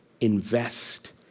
Invest